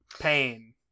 Pain